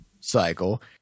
cycle